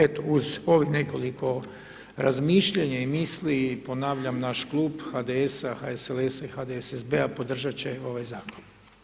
Eto, uz ovih nekoliko razmišljanja i misli, ponavljam naš klub HDS-a, HSLS-a i HDSSB-a podržat će ovaj Zakon.